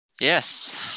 Yes